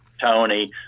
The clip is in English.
Tony